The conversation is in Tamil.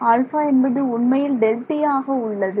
α என்பது உண்மையில் Δt ஆக இங்கு உள்ளது